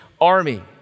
army